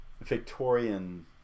Victorian